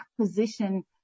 position